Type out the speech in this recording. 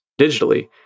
digitally